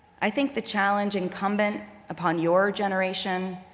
i think the challenge incumbent upon your generation,